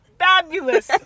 fabulous